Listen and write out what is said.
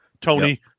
tony